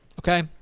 okay